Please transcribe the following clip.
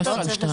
בבקשה.